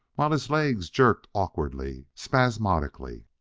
while his legs jerked awkwardly, spasmodically.